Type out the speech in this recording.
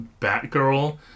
Batgirl